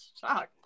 Shocked